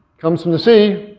comes from the sea,